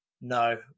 no